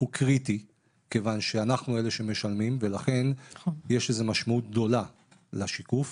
הוא קריטי כיוון שאנחנו אלה שמשלמים ולכן יש לזה משמעות גדולה לשיקוף.